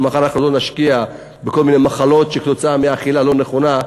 שמחר לא נשקיע בכל מיני מחלות שכתוצאה מאכילה לא נכונה,